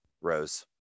Rose